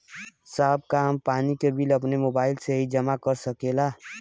साहब का हम पानी के बिल अपने मोबाइल से ही जमा कर सकेला?